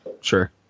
sure